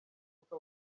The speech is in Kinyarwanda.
uko